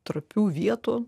trapių vietų